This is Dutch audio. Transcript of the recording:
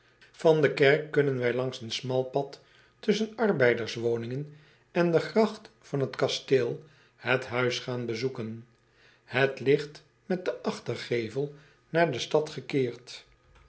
an de kerk kunnen wij langs een smal pad tusschen arbeiderswoningen en de gracht van het kasteel het huis gaan bezoeken et ligt met den achtergevel naar de stad gekeerd